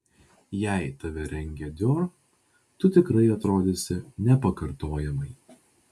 jei tave rengia dior tu tikrai atrodysi nepakartojamai